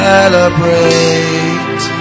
Celebrate